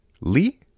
Lee